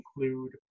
include